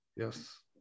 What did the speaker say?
Yes